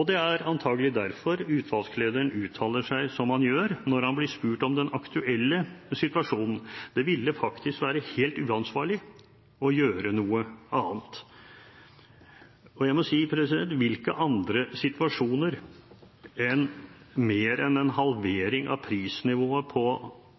Det er antakelig derfor utvalgslederen uttaler seg som han gjør når han blir spurt om den aktuelle situasjonen. Det ville faktisk være helt uansvarlig å gjøre noe annet. Og jeg må si: Hvilke andre situasjoner enn mer enn en halvering av prisnivået på